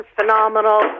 phenomenal